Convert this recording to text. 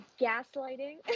gaslighting